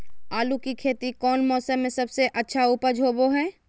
आलू की खेती कौन मौसम में सबसे अच्छा उपज होबो हय?